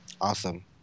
Awesome